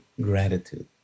gratitude